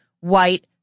white